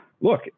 look